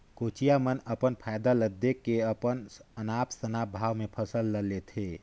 कोचिया मन अपन फायदा ल देख के अनाप शनाप भाव में फसल ल लेथे